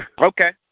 Okay